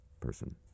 person